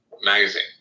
magazine